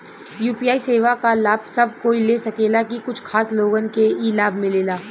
UPI सेवा क लाभ सब कोई ले सकेला की कुछ खास लोगन के ई लाभ मिलेला?